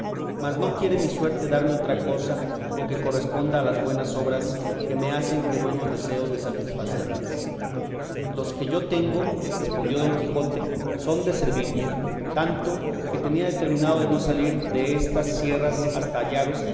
mas no quiere mi suerte darme otra cosa con que corresponda a las buenas obras que me hacen que buenos deseos de satisfacerlas los que yo tengo respondió don quijote son de serviros tanto que tenía determinado de no salir destas sierras hasta hallaros